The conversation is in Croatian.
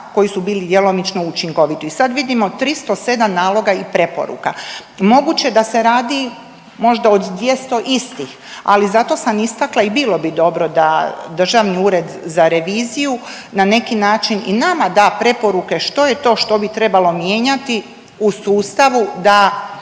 koji su bili djelomično učinkoviti i sad vidimo 307 naloga i preporuka. Moguće da se radi možda od 200 istih, ali zato sam istakla i bilo bi dobro da Državni ured za reviziju na neki način i nama da preporuke što je to što bi trebalo mijenjati u sustavu da